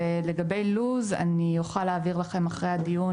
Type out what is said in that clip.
ולגבי לו"ז אני אוכל להעביר לכם אחרי הדיון